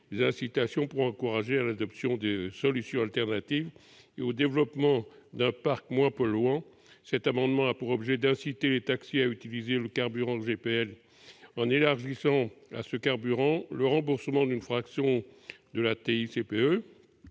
les incitations pour encourager l'adoption de solutions alternatives et le développement d'un parc moins polluant. Cet amendement a pour objet d'inciter les taxis à utiliser le gaz de pétrole liquéfié, le GPL, en élargissant à ce carburant le remboursement d'une fraction de la TICPE.